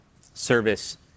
service